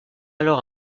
alors